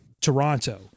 Toronto